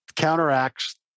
counteracts